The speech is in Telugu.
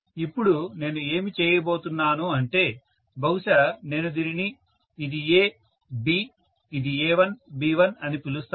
ఇప్పుడు నేను ఏమి చేయబోతున్నాను అంటే బహుశా నేను దీనిని ఇది A B ఇది A1B1 అని పిలుస్తాను